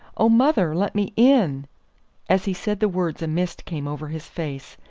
oh, mother, let me in as he said the words a mist came over his face,